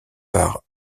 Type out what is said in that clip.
par